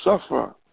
suffer